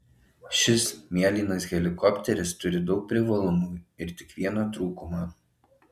šis mėlynas helikopteris turi daug privalumų ir tik vieną trūkumą